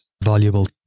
valuable